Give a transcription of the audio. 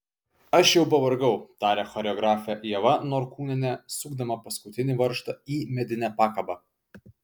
aš jau pavargau tarė choreografė ieva norkūnienė sukdama paskutinį varžtą į medinę pakabą